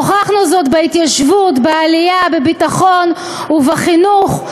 הוכחנו זאת בהתיישבות, בעלייה, בביטחון ובחינוך.